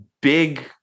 big